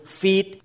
feed